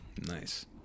nice